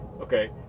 okay